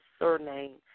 surname